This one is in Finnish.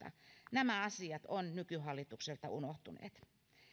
nämä asiat ovat nykyhallitukselta unohtuneet